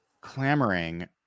clamoring